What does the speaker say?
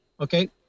okay